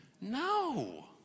No